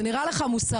האם זה נראה לו מוסרי,